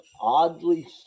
oddly